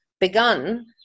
begun